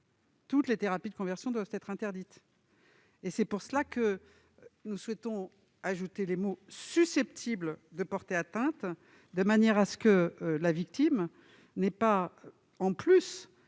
toutes les thérapies de conversion doivent être interdites. C'est pourquoi nous souhaitons ajouter les mots « susceptibles de porter atteinte », afin que la victime n'ait pas de